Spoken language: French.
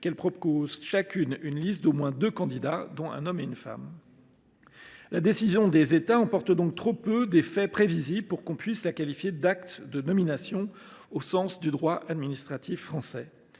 qu’elles proposent chacune une liste d’au moins deux candidats, dont un homme et une femme. La décision des États emporte donc trop peu d’effets prévisibles pour qu’on puisse la qualifier d’acte de nomination au sens du droit administratif français.